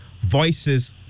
voices